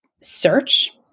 search